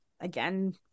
again